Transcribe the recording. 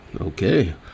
Okay